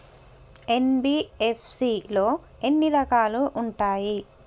NBFC లో ఎన్ని రకాలు ఉంటాయి?